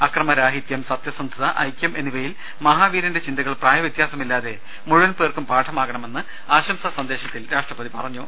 അക്രമരാഹിത്യം സത്യസന്ധത ഐക്യം എന്നിവയിൽ മഹാവീരിന്റെ ചിന്തകൾ പ്രായ വ്യത്യാസമില്ലാതെ മുഴുവൻ പേർക്കും പാഠമാകണമെന്ന് ആശംസാ സന്ദേശത്തിൽ രാഷ്ട്രപതി പറഞ്ഞു